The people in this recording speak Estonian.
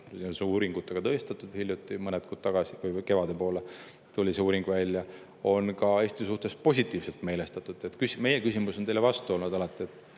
see on uuringutega tõestatud, hiljuti, mõned kuud tagasi, kevade poole tuli see uuring välja – on ka Eesti suhtes positiivselt meelestatud. Meie küsimus teile vastu on olnud alati: